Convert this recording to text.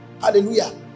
Hallelujah